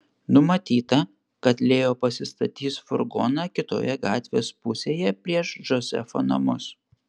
numatyta kad leo pasistatys furgoną kitoje gatvės pusėje prieš džozefo namus